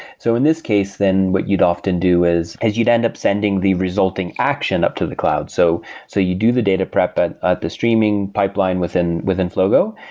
so in this case, then what you'd often do is as you'd end up sending the resulting action up to the cloud. so so you do the data prep, but ah the streaming pipeline within within flogo,